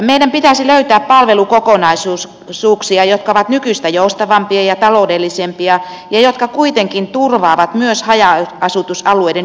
meidän pitäisi löytää palvelukokonaisuuksia jotka ovat nykyistä joustavampia ja taloudellisempia ja jotka kuitenkin turvaavat myös haja asutusalueiden joukkoliikennepalvelut